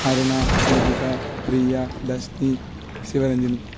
Aruna Deepika Priya Darshini Sivaranjani